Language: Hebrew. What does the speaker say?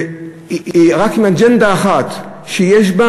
רק עם אג'נדה אחת, שיש בה